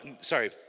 Sorry